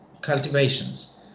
cultivations